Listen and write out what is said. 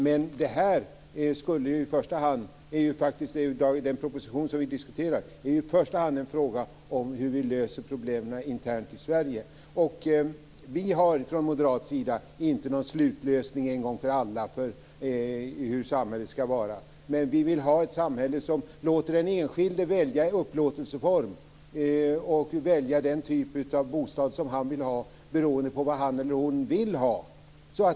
Men här diskuterar vi i första hand, med utgångspunkt i den proposition som lagts fram, hur vi löser problemen internt i Sverige. Vi har från moderat sida inte någon slutlösning en gång för alla för hur samhället ska vara. Men vi vill ha ett samhälle som låter den enskilde välja upplåtelseform och välja den typ av bostad han vill ha beroende på vad han eller hon vill ha.